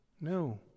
No